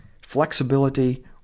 flexibility